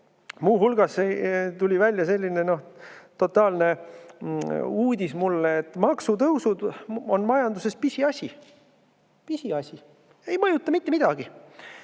Muu hulgas tuli välja selline totaalne uudis mulle, et maksutõusud on majanduses pisiasi. Pisiasi, ei mõjuta mitte midagi!